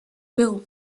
bill